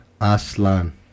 Aslan